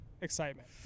excitement